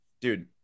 Dude